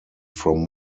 from